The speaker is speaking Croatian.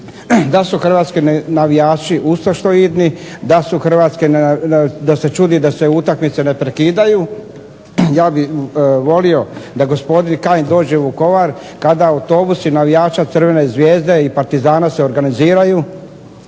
da su hrvatski navijači ustašoidni, da se čudi da se utakmice ne prekidaju. Ja bih volio da gospodin Kajin dođe u Vukovar kada autobusi navijača Crvene zvezde i Partizana se organiziraju,